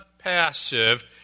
passive